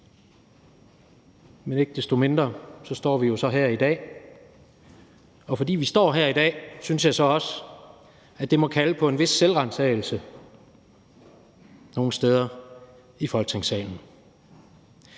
Men ikke desto mindre står vi jo så her i dag, og fordi vi står her i dag, synes jeg så også, at det må kalde på en vis selvransagelse nogle steder i Folketingssalen